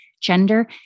gender